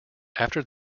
after